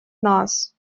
нас